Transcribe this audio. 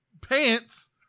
pants